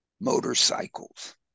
motorcycles